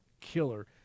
killer